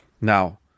Now